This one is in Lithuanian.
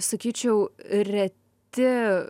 sakyčiau reti